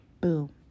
Boom